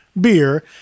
beer